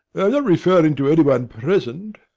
not referring to any one present.